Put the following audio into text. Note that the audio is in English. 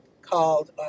called